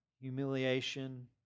humiliation